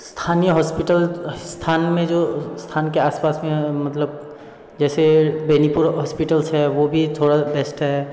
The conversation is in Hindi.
स्थानीय हॉस्पिटल स्थान में जो स्थान के आसपास में मतलब जैसे बेनीपुर हॉस्पिटल्स है वो भी थोड़ा बेस्ट है